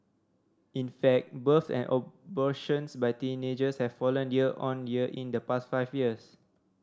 in fact births and abortions by teenagers have fallen year on year in the past five years